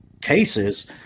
Cases